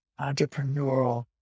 entrepreneurial